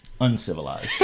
uncivilized